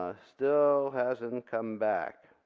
ah still hasn't come back.